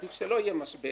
עדיף שלא יהיה משבר,